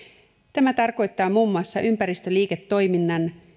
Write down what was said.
tämä tarkoittaa muun muassa ympäristöliiketoiminnan